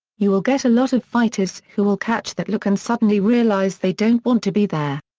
you will get a lot of fighters who will catch that look and suddenly realize they don't want to be there.